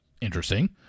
interesting